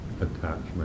attachment